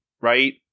right